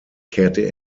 kehrte